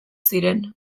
ziren